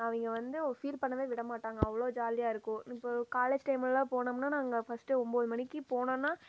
அவங்க வந்து ஃபீல் பண்ணவே விட மாட்டாங்க அவ்வளோ ஜாலியாகருக்கும் இப்போது காலேஜ் டைமெலாம் போனோம்னால் நாங்கள் ஃபர்ஸ்ட் ஒன்பது மணிக்கு போனோனா